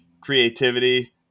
creativity